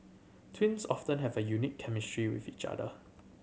twins often have a unique chemistry with each other